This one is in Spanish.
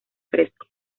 fresco